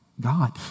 God